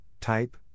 type